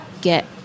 get